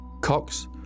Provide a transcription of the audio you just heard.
Cox